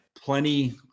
Plenty